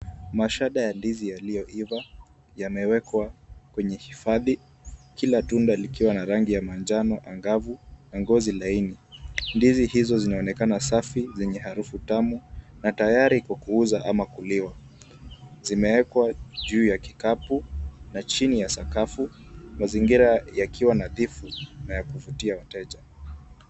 Mashada ya ndizi yaliyoiva yamewekwa kwenye hifadhi, kila tunda likiwa na rangi ya manjano angavu na ngozi laini, ndizi hizo zinaonekana safi na zenye harufu tamu na tayari kwa kuuza au kuliwa, zimewekwa juu ya kikapu na chini ya sakafu, mazingira yakiwa nadhifu na ya kuvutia wateja.